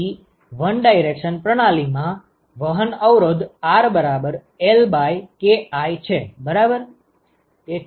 તેથી 1 D પ્રણાલી માં વહન અવરોધ RLKA છે બરાબર